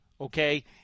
Okay